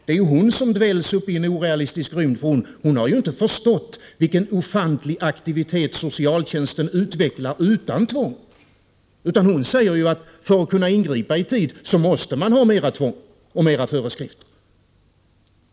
Det är ju hon som dväljs uppe i en orealistisk rymd, för hon har inte förstått vilken ofantlig aktivitet socialtjänsten utvecklar utan tvång, utan hon säger att för att kunna ingripa i tid måste man ha mera tvång och mera föreskrifter.